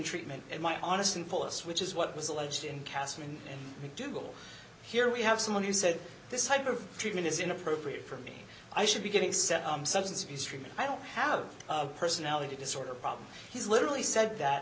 treatment in my honest and colas which is what was alleged in kasserine mcdougal here we have someone who said this type of treatment is inappropriate for me i should be getting set substance abuse treatment i don't have a personality disorder problem he's literally said that